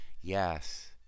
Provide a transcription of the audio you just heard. Yes